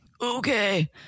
Okay